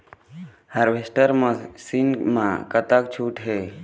Harvester machine मा कतका छूट हे?